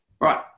Right